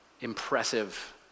impressive